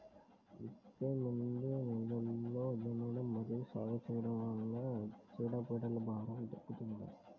విత్తే ముందు నేలను దున్నడం మరియు సాగు చేయడం వల్ల చీడపీడల భారం తగ్గుతుందా?